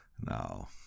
No